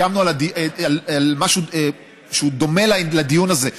קיימנו דיון על משהו שדומה לדיון הזה,